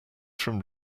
from